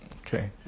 Okay